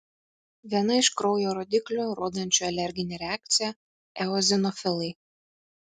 viena iš kraujo rodiklių rodančių alerginę reakciją eozinofilai